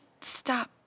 stop